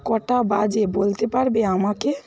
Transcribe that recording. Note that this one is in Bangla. কটা বাজে বলতে পারবে আমাকে